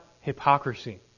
hypocrisy